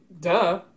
duh